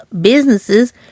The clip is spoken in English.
businesses